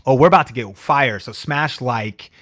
ah we're about to get fire. so smash like,